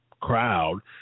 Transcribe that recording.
crowd